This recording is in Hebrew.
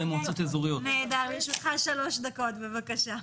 יש לך שלוש דקות, בבקשה.